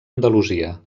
andalusia